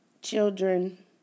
children